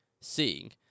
seeing